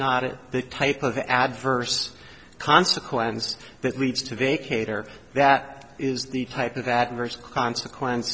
it the type of adverse consequence that leads to vacate or that is the type of adverse consequence